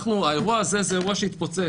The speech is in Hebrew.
האירוע הזה זה אירוע שהתפוצץ,